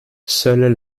seuls